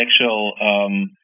actual